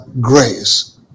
grace